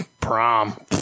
prom